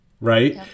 right